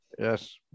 yes